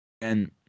And-